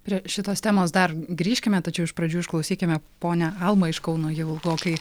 prie šitos temos dar grįžkime tačiau iš pradžių išklausykime ponią almą iš kauno jau ilgokai